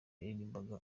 yaririmbaga